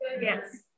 Yes